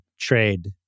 trade